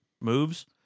moves